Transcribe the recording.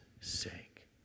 sake